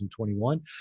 2021